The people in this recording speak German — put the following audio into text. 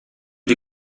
die